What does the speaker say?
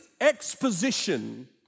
exposition